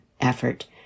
effort